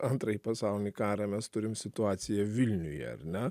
antrąjį pasaulinį karą mes turim situaciją vilniuje ar ne